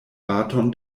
baton